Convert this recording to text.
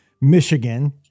Michigan